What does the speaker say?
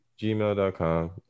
gmail.com